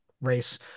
race